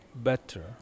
better